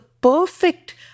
perfect